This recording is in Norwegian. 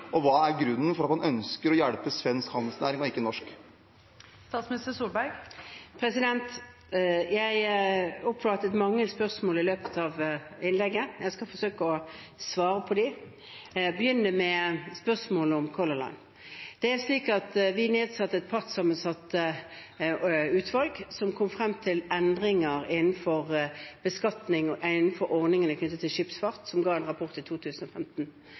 Hva er grunnen til at man ønsker å hjelpe svensk handelsnæring og ikke norsk? Jeg oppfattet mange spørsmål i løpet av innlegget. Jeg skal forsøke å svare på dem. Jeg begynner med spørsmålet om Color Line. Vi nedsatte et partssammensatt utvalg, som kom frem til endringer innenfor beskatning og innenfor ordningene knyttet til skipsfart. De avga en rapport i 2015.